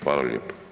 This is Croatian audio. Hvala lijepo.